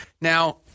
Now